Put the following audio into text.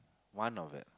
one of it